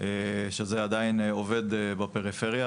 נושא הפקסים עדיין עובד בפריפריה.